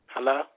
Hello